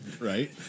Right